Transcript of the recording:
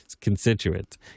constituents